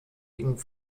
ging